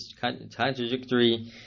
contradictory